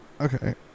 Okay